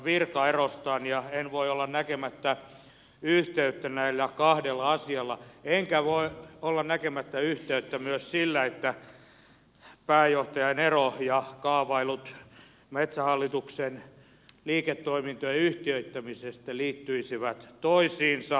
ja en voi olla näkemättä yhteyttä näillä kahdella asialla enkä voi olla näkemättä yhteyttä myös sillä että pääjohtajan ero ja kaavailut metsähallituksen liiketoimintojen yhtiöittämisestä liittyisivät toisiinsa